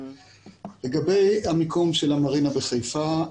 לגבי המיקום של המרינה בחיפה.